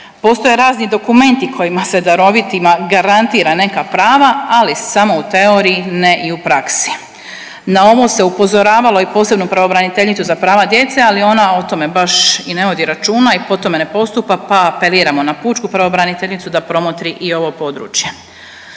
Postoje razni dokumenti kojima se darovitima garantira neka prava, ali samo u teoriji, ne i u praksi. Na ovo se upozoravalo i posebno pravobraniteljicu za prava djece, ali ona o tome baš i ne vodi računa i po tome ne postupa, pa apeliramo na pučku pravobraniteljicu da promotri i ovo područje.